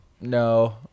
No